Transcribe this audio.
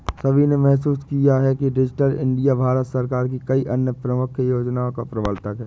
सभी ने महसूस किया है कि डिजिटल इंडिया भारत सरकार की कई अन्य प्रमुख योजनाओं का प्रवर्तक है